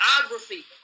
biography